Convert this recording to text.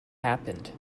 happened